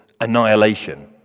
annihilation